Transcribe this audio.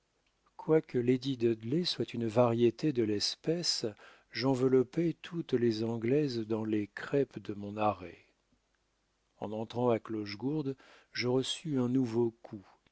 quoique lady dudley soit une variété de l'espèce j'enveloppai toutes les anglaises dans les crêpes de mon arrêt en entrant à clochegourde je reçus un nouveau coup